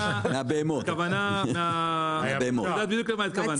את יודעת בדיוק למה התכוונתי.